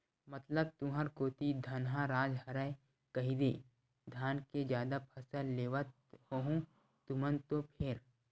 मतलब तुंहर कोती धनहा राज हरय कहिदे धाने के जादा फसल लेवत होहू तुमन तो फेर?